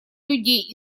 людей